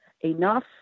enough